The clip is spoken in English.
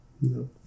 No